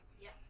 Yes